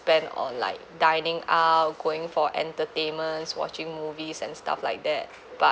spent on like dining out going for entertainments watching movies and stuff like that but